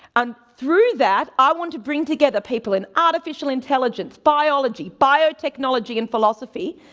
and through that, i want to bring together people in artificial intelligence, biology, biotechnology and philosophy,